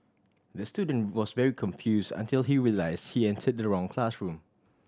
the student was very confused until he realised he entered the wrong classroom